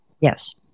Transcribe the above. Yes